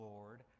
Lord